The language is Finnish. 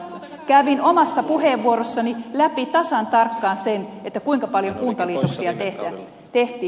kävin omassa puheenvuorossani läpi tasan tarkkaan sen kuinka paljon kuntaliitoksia tehtiin